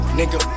nigga